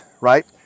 right